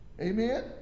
amen